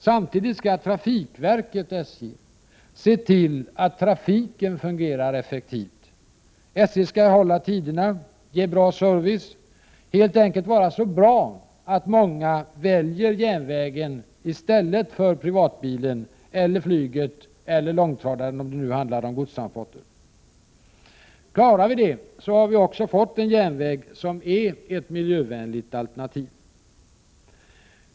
Samtidigt skall trafikverket SJ se till att trafiken fungerar effektivt. SJ skall hålla tiderna, ge bra service; helt enkelt vara så bra att många väljer järnvägen i stället för privatbilen eller flyget eller långtradaren, om det handlar om godstransporter. Klarar vi detta så har vi också fått en järnväg som är ett miljövänligt alternativ.